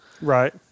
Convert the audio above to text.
Right